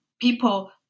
people